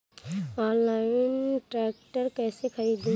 Online tractor कैसे खरदी?